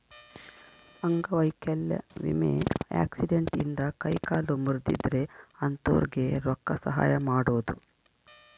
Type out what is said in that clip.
ಅಂಗವೈಕಲ್ಯ ವಿಮೆ ಆಕ್ಸಿಡೆಂಟ್ ಇಂದ ಕೈ ಕಾಲು ಮುರ್ದಿದ್ರೆ ಅಂತೊರ್ಗೆ ರೊಕ್ಕ ಸಹಾಯ ಮಾಡೋದು